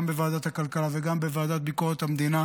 גם בוועדת הכלכלה וגם בוועדה לביקורת המדינה